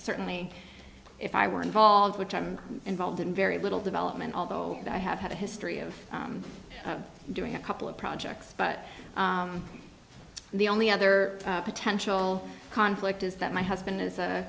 certainly if i were involved which i'm involved in very little development although i have had a history of doing a couple of projects but the only other potential conflict is that my husband is a